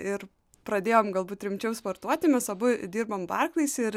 ir pradėjom galbūt rimčiau sportuoti mes abu dirbom barclays ir